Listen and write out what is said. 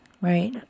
Right